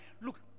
Look